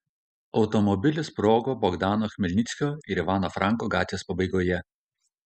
automobilis sprogo bogdano chmelnickio ir ivano franko gatvės pabaigoje